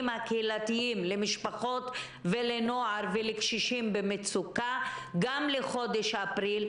הקהילתיים למשפחות ולנוער ולקשישים במצוקה גם לחודש אפריל,